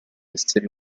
esseri